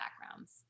backgrounds